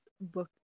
book